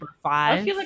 five